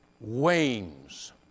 wanes